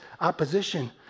opposition